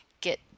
get